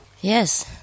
Yes